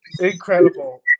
incredible